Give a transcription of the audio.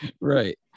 Right